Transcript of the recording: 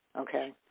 Okay